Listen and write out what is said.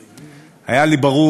היה לי ברור,